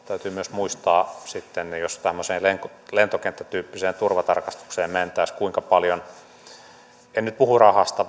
myös muistaa sitten että jos tämmöiseen lentokenttätyyppiseen turvatarkastukseen mentäisiin niin kuinka paljon en nyt puhu rahasta